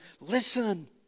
Listen